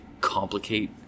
complicate